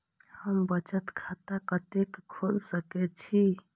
हम बचत खाता कते खोल सके छी?